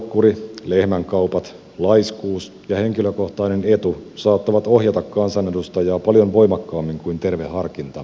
puoluekuri lehmänkaupat laiskuus ja henkilökohtainen etu saattavat ohjata kansanedustajaa paljon voimakkaammin kuin terve harkinta ja omatunto